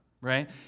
Right